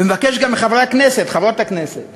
ומבקש גם מחברי הכנסת וחברות הכנסת